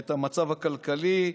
ואת המצב הכלכלי,